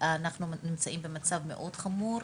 אנחנו נמצאים במצב מאוד חמור.